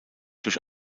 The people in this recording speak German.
durch